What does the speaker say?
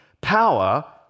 power